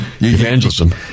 Evangelism